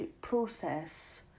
process